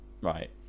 right